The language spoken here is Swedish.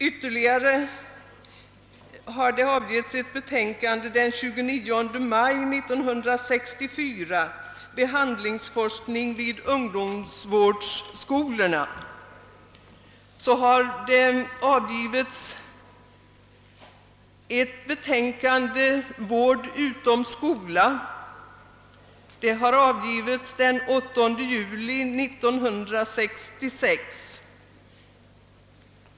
Ytterligare ett betänkande har avgivits den 29 maj 1964, nämligen »Behandlingsforskning vid ungdomsvårdsskolorna». Den 8 juni 1966 avgavs betänkandet »Vård utom skola».